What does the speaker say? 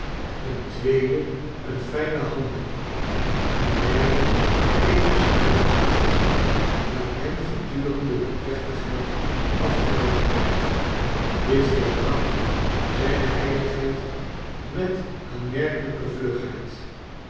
een tweede een iijnen handdoek een derde petrus ruiker hield welke hem gedurende de plechtigheid afgenomen werd dit volbracht zijne heiligheid met aanmerkelijke vlugheid